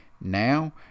Now